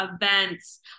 events